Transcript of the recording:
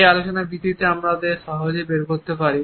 এই আলোচনার ভিত্তিতে আমরা সহজেই বের করতে পারি